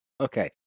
Okay